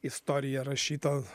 istorija rašyta